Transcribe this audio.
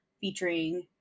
featuring